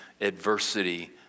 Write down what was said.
adversity